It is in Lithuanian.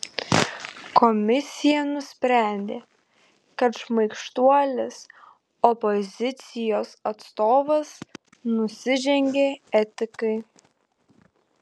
komisija nusprendė kad šmaikštuolis opozicijos atstovas nusižengė etikai